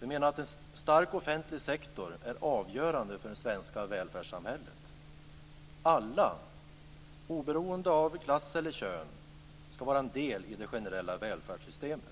Vi menar att en stark offentlig sektor är avgörande för det svenska välfärdssamhället. Alla, oberoende av klass och kön, skall vara en del i det generella välfärdssystemet.